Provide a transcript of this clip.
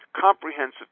comprehensive